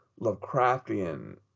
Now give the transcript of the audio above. Lovecraftian